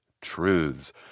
truths